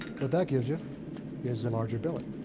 that gives you is a larger billet,